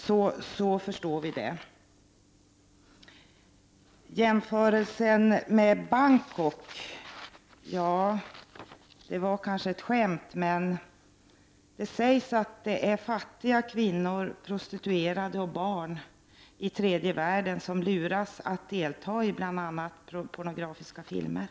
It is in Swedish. Den jämförelse med Bangkok som Kent Carlsson gjorde var kanske ett skämt, men det sägs att det är fattiga kvinnor, prostituerade och barn i tredje världen som luras att delta i bl.a. pornografiska filmer.